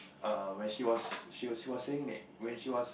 err when she was she was she was saying that when she was